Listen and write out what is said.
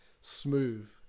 smooth